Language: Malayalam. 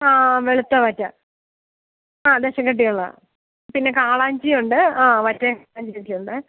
ആ വെളുത്ത വറ്റ ആ ദശ കട്ടിയുള്ളതാ പിന്നെ കാളാഞ്ചിയുണ്ട് ആ മറ്റേ കാളാഞ്ചിയുണ്ട്